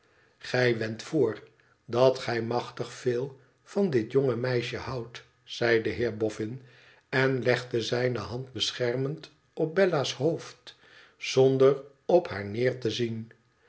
igij wendt voor dat gij machtig veel van dit jonge meisje houdt zei de heer boffin en legde zijne hand beschermend op bella's hoofd zonder op haar neer te zien